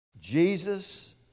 Jesus